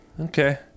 Okay